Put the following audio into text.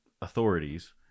authorities